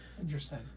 Interesting